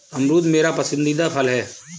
अमरूद मेरा पसंदीदा फल है